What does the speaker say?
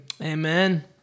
Amen